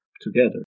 together